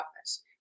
office